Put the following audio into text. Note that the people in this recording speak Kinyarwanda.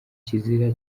kizira